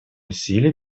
усилий